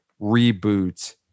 reboot